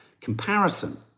comparison